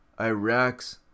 Iraq's